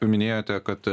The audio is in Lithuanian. minėjote kad